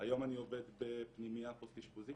היום אני --- פנימייה פוסט אשפוזית